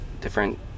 different